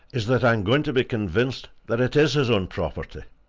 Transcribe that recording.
is that i'm going to be convinced that it is his own property!